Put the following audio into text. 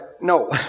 No